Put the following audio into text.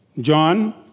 John